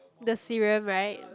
the serum right